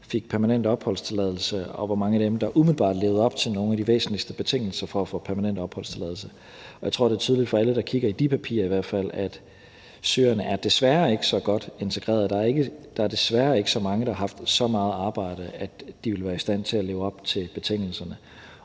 fik permanent opholdstilladelse, og hvor mange af dem der umiddelbart levede op til nogle af de væsentligste betingelser for at få permanent opholdstilladelse. Jeg tror, at det er tydeligt for alle, der kigger i i hvert fald de papirer, at syrerne desværre ikke er så godt integreret. Der er desværre ikke så mange, der har haft så meget arbejde, at de ville være i stand til at leve op til betingelserne.